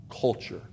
culture